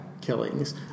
killings